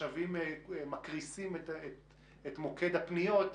וכשתושבים מקריסים את מוקד הפניות,